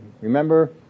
Remember